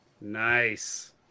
Nice